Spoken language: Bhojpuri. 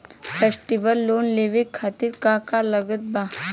फेस्टिवल लोन लेवे खातिर का का लागत बा?